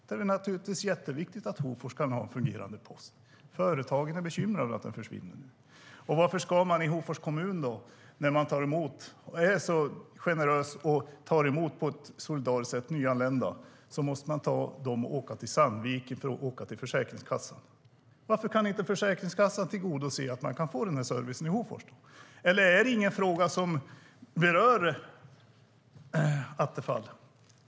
Det är naturligtvis jätteviktigt att Hofors kan ha en fungerande post. Företagen är bekymrade över att den försvinner. Varför ska man i Hofors kommun, när man är så generös och tar emot nyanlända på ett solidariskt sätt, behöva åka med dem till Försäkringskassan i Sandviken. Varför kan inte Försäkringskassan se till att man kan få den servicen i Hofors? Eller är det ingen fråga som berör Attefall?